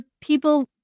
people